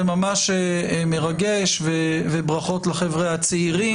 זה ממש מרגש, וברכות לחבר'ה הצעירים.